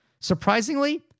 Surprisingly